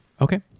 Okay